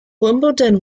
wimbledon